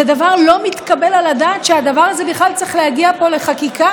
זה דבר לא מתקבל על הדעת שהדבר הזה בכלל צריך להגיע לפה לחקיקה,